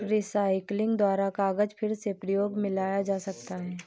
recycling द्वारा कागज फिर से प्रयोग मे लाया जा सकता है